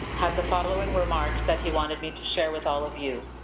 had the following remarks that he wanted me to share with all of you.